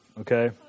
okay